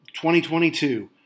2022